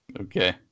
Okay